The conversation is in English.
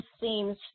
seems